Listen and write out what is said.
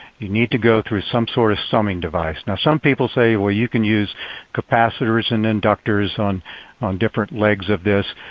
you need to go through some sort of summing device. and some people say you can use capacitors and inductors on on different legs of this,